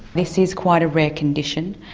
this is quite a rare condition.